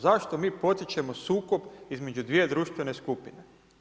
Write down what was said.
Zašto mi potičemo sukob između dvije društvene skupine?